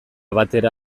batera